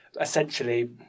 Essentially